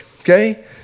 okay